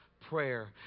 prayer